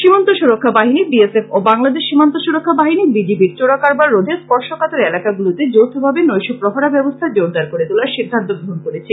সীমান্ত সুরক্ষা বাহিনী বি এস এফ ও বাংলাদেশ সীমান্ত সুরক্ষা বাহিনী বি জি বি চোরা কারবার রোধে স্পর্শকাতর এলাকাগুলিতে যৌথভাবে নৈশ প্রহরা ব্যবস্থা জোরদার করে তোলার সিদ্ধান্ত গ্রহন করেছে